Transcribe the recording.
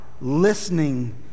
listening